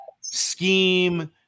scheme